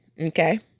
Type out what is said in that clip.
okay